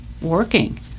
working